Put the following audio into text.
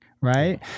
right